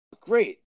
Great